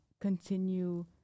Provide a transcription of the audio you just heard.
continue